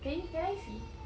can you can I see